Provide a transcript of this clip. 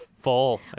Full